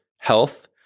health